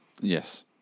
Yes